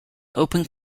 open